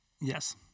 yes